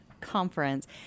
conference